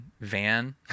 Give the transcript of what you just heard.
van